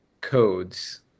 codes